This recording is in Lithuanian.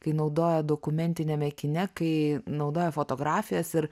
kai naudoja dokumentiniame kine kai naudoja fotografijas ir